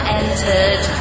entered